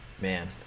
man